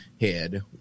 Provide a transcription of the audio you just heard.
head